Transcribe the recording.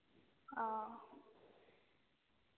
हां